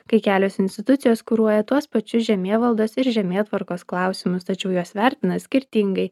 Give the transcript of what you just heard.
kai kelios institucijos kuruoja tuos pačius žemėvaldos ir žemėtvarkos klausimus tačiau juos vertina skirtingai